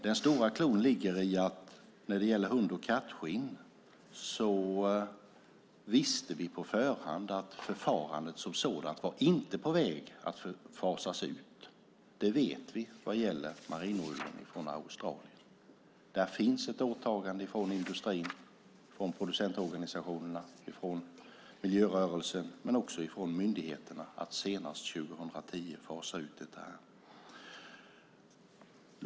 Den stora haken är att när det gällde hund och kattskinn visste vi på förhand att förfarandet som sådant inte var på väg att fasas ut. Det vet vi vad gäller merinoullen från Australien. Det finns ett åtagande från industrin, från producentorganisationerna, från miljörörelsen och även från myndigheterna att senast 2010 fasa ut detta.